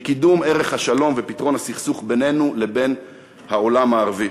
קידום ערך השלום ופתרון הסכסוך בינינו לבין העולם הערבי.